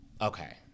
Okay